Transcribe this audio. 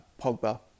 Pogba